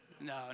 no